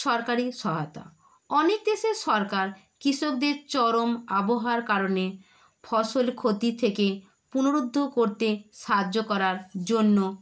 সরকারি সহায়তা অনেক দেশের সরকার কৃষকদের চরম আবহাওয়ার কারণে ফসল ক্ষতি থেকে পুনরুদ্ধার করতে সাহায্য করার জন্য